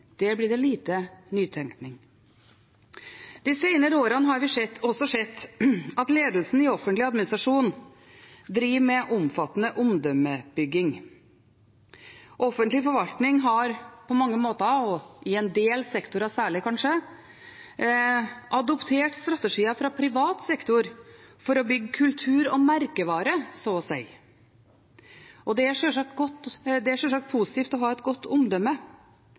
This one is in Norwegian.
blir det lite nytenkning. De senere årene har vi også sett at ledelsen i offentlig administrasjon driver med omfattende omdømmebygging. Offentlig forvaltning har på mange måter – og i en del sektorer særlig, kanskje – adoptert strategier fra privat sektor for å bygge kultur og merkevare, så å si. Det er sjølsagt positivt å ha et godt omdømme,